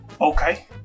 Okay